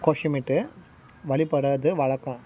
கோஷமிட்டு வழிபடுறது வழக்கம்